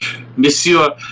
Monsieur